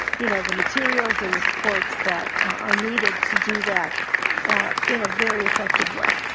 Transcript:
you know, the materials and the supports that are needed to do that in a very effective way.